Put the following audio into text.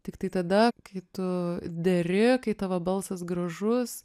tiktai tada kai tu deri kai tavo balsas gražus